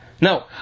No